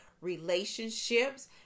relationships